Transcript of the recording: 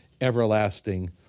everlasting